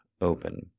open